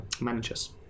managers